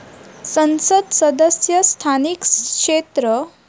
संसद सदस्य स्थानिक क्षेत्र विकास योजना ग्रामीण विकास मंत्रालयाद्वारा प्रशासित होता